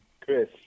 Chris